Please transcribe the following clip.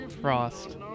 Frost